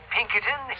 Pinkerton